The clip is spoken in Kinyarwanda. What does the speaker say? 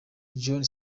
john